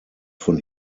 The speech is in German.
von